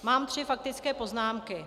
Mám tři faktické poznámky.